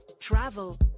travel